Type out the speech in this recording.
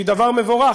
שהיא דבר מבורך,